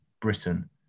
Britain